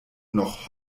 noch